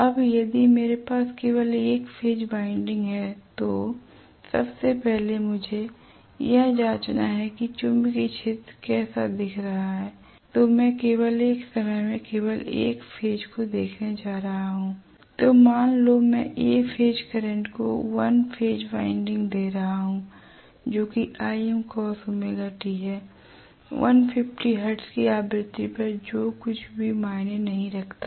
अब यदि मेरे पास केवल 1 फेज बाइंडिंग है तो सबसे पहले मुझे यह जांचना है कि चुंबकीय क्षेत्र कैसा दिख रहा है तो मैं केवल एक समय में केवल एक फेज को देखने जा रहा हूंl तो मान लो मैं A फेज करंट को 1 फेज phase वाइंडिंग में दे रहा हूं जोकि है l 50 हर्ट्ज की आवृत्ति पर जो कुछ भी मायने नहीं रखता है